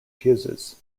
fuses